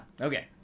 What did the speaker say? Okay